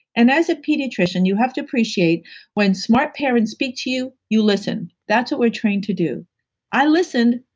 and as a pediatrician, you have to appreciate when smart parents speak to you, you listen. that's what we're trained to do i listened,